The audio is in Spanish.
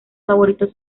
favoritos